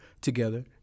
together